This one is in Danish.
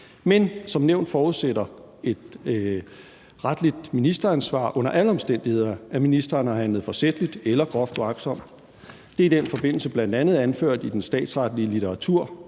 Men som nævnt forudsætter et retligt ministeransvar under alle omstændigheder, at ministeren har handlet forsætligt eller groft uagtsomt. Det er i den forbindelse bl.a. anført i den statsretlige litteratur,